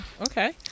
okay